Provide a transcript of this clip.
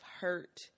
hurt